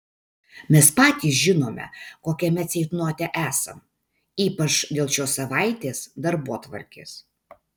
mes patys žinome kokiame ceitnote esam ypač dėl šios savaitės darbotvarkės